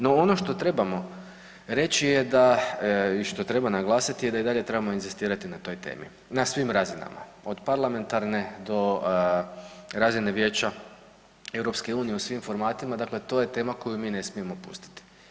No ono što trebamo reći i što treba naglasiti da i dalje trebamo inzistirati na toj temi na svim razinama, od parlamentarne do razine Vijeća EU u svim formatima, dakle to je tema koju mi ne smijemo pustiti.